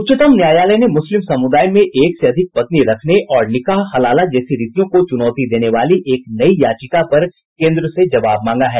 उच्चतम न्यायालय ने मुस्लिम समुदाय में एक से अधिक पत्नी रखने और निकाह हलाला जैसी रीतियों को चुनौती देने वाली एक नई याचिका पर केन्द्र से जवाब मांगा है